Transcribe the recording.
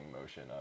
motion